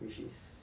which is